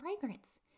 fragrance